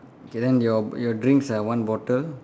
okay then your your drinks are one bottle